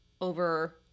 over